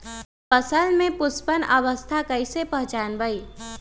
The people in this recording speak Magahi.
फसल में पुष्पन अवस्था कईसे पहचान बई?